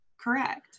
correct